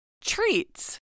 treats